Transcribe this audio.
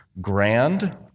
grand